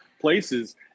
places